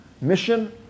mission